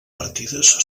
partides